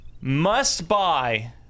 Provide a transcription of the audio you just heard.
must-buy